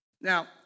Now